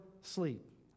sleep